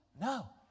No